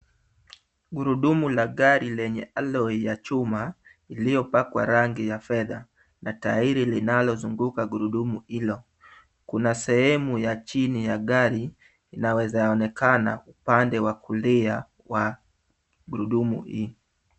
Gurudumu la gari lenye alloy ya chuma iliyopakwa rangi ya fedha, na tairi linalozunguka gurudumu hilo. Kuna sehemu ya chini ya gari inawezaonekana upande wa kulia wa gurudumu hii.